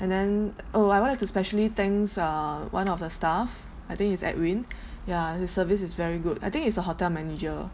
and then oh I would like to specially thanks uh one of the staff I think he's edwin ya his service is very good I think he's a hotel manager